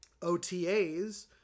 OTAs